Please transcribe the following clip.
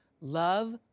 Love